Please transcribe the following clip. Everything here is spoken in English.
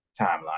timeline